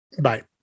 Bye